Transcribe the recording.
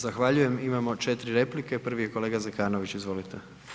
Zahvaljujem, imamo 4 replike, prvi je kolega Zekanović, izvolite.